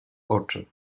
oczy